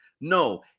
No